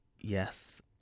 Yes